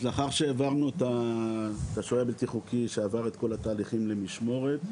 לאחר שהעברנו את השוהה הבלתי חוקי שעבר את כל התהליכים למשמורת,